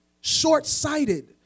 short-sighted